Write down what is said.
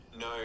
No